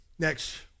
Next